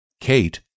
Kate